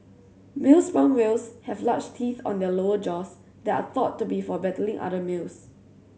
male sperm whales have large teeth on their lower jaws that are thought to be for battling other males